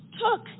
took